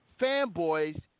fanboys